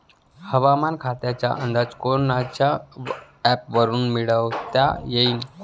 हवामान खात्याचा अंदाज कोनच्या ॲपवरुन मिळवता येईन?